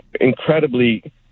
incredibly